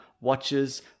watches